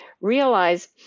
realize